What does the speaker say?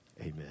Amen